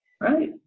Right